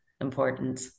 important